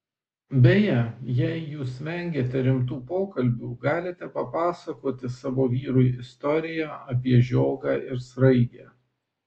beje jei jūs vengiate rimtų pokalbių galite papasakoti savo vyrui istoriją apie žiogą ir sraigę